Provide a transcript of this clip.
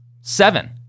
seven